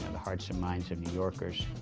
the hearts and minds of new yorkers,